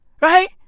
Right